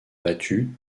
battus